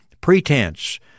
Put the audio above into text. pretense